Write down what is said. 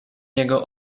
niego